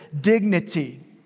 dignity